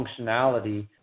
functionality